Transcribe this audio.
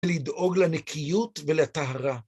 לדאוג לנקיות ולטהרה.